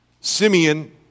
Simeon